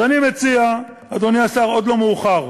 אז אני מציע, אדוני השר, עוד לא מאוחר,